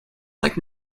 like